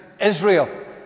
Israel